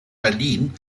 berlin